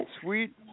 Sweet